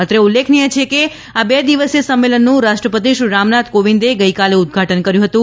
અત્રે ઉલ્લેખનીય છે કે આ બે દિવસીય સંમેલનનું રાષ્ટ્રપતિ શ્રી રામનાથ કોવિંદે ગઈકાલે ઉધ્ધાટન કર્યું હતું